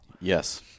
Yes